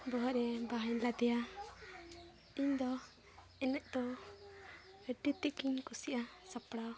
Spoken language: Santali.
ᱟᱨ ᱵᱚᱦᱚᱜ ᱨᱮ ᱵᱟᱦᱟᱧ ᱞᱟᱫᱮᱭᱟ ᱤᱧᱫᱚ ᱮᱱᱮᱡ ᱫᱚ ᱟᱹᱰᱤᱜᱤᱧ ᱠᱩᱥᱤᱭᱟᱜᱼᱟ ᱥᱟᱯᱲᱟᱣ